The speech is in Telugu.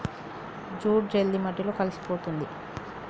జూట్ జల్ది మట్టిలో కలిసిపోతుంది